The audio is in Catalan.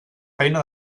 feina